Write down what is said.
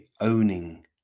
owning